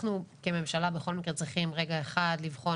אנחנו כממשלה בכל מקרה צריכים רגע אחד לבחון